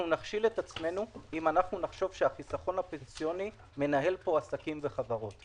אנחנו נכשיל את עצמנו אם נחשוב שהחיסכון הפנסיוני מנהל פה עסקים וחברות.